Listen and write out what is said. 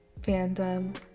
fandom